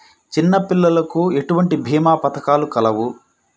చిన్నపిల్లలకు ఎటువంటి భీమా పథకాలు కలవు?